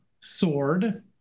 Sword